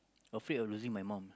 afraid of losing my mum